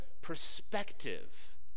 perspective